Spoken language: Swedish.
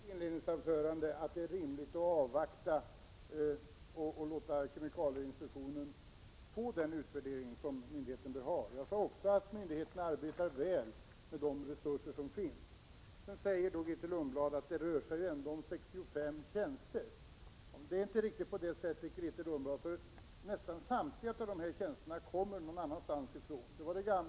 Herr talman! Också jag sade i mitt inledningsanförande att det är rimligt att avvakta och låta kemikalieinspektionen få den utvärdering som myndigheten vill ha. Jag sade också att myndigheten arbetar väl med de resurser som finns. Nu säger Grethe Lundblad att det ändå rör sig om 65 tjänster. Det är inte riktigt på det sättet, för nästan samtliga av dessa tjänster kom någon annanstans ifrån.